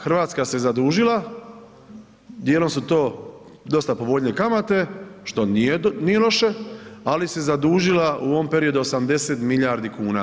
Hrvatska se zadužila, dijelom su to dosta povoljnije kamate što nije loše, ali se zadužila u ovom periodu 80 milijardi kuna.